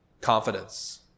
confidence